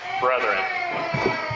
brethren